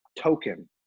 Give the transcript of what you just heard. token